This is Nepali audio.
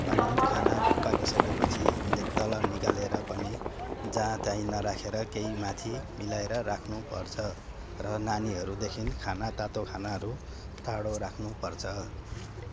अनि खाना पाकिसकेपछि तल निकालेर पनि जहाँ त्यहीँ नराखेर केही माथि मिलाएर राख्नुपर्छ र नानीहरूदेखि खाना तातो खानाहरू टाडो राख्नुपर्छ